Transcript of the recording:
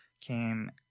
came